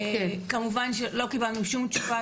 כמובן שלא קיבלנו שום תשובה,